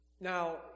Now